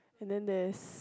and then there's